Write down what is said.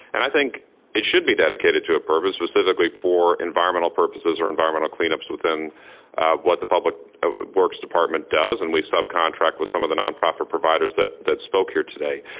and i think it should be dedicated to a purpose, specifically for environmental purposes or environmental clean ups within what the public works department does and we subcontract with some of the non-profit providers that that spoke here today.